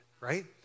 right